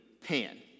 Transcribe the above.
pan